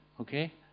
okay